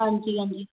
ਹਾਂਜੀ ਹਾਂਜੀ